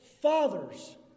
fathers